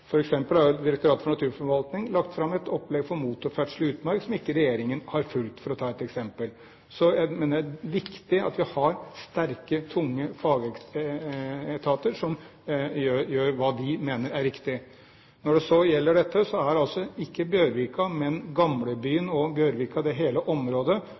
har Direktoratet for naturforvaltning lagt fram et opplegg for motorferdsel i utmark som ikke regjeringen har fulgt, for å ta ett eksempel. Jeg mener det er viktig at vi har sterke, tunge fagetater som gjør det de mener er riktig. Når det så gjelder dette, er altså ikke Bjørvika, men Gamlebyen og Bjørvika – hele dette området